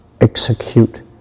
execute